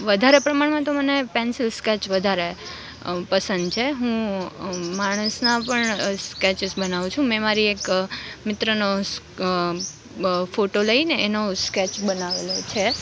વધારે પ્રમાણમાં તો મને પેન્સિલ સ્કેચ વધારે પસંદ છે હું માણસના પણ સ્કેચીસ બનાવું છું મેં મારી એક મિત્રનો ફોટો લઈને એનો સ્કેચ બનાવેલો છે